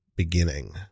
beginning